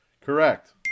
Correct